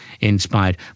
inspired